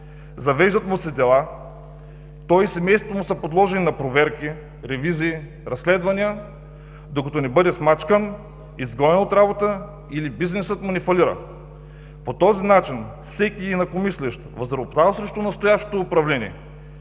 завеждат му се дела, той и семейството му са подложени на проверки, ревизии, разследвания, докато не бъде смачкан, изгонен от работа или бизнесът му не фалира. По този начин всеки инакомислещ, възроптал срещу настоящото управление,